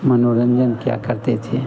मनोरंजन किया करते थे